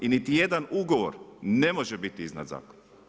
I niti jedan ugovor ne može biti iznad zakona.